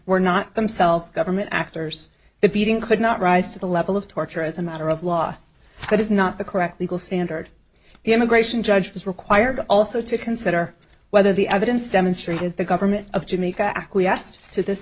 were not themselves government actors the beating could not rise to the level of torture as a matter of law that is not the correct legal standard the immigration judge was required also to consider whether the evidence demonstrated the government of jamaica acquiesced to this